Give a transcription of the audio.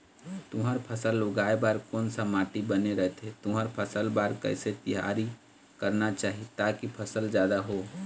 तुंहर फसल उगाए बार कोन सा माटी बने रथे तुंहर फसल बार कैसे तियारी करना चाही ताकि फसल जादा हो?